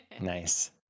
Nice